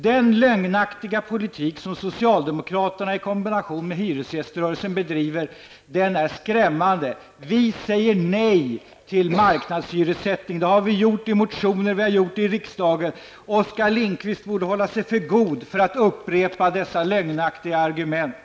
Den lögnaktiga politik som socialdemokraterna bedriver i kombination med hyresgäströrelsen är skrämmande. Vi säger nej till marknadshyressättning. Det har vi gjort motioner, och det har vi gjort i riksdagen. Oskar Lindkvist borde hålla sig för god för att upprepa dessa lögnaktiga argument.